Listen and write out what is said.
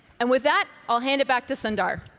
and with that, i'll hand it back to sundar.